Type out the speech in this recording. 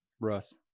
Russ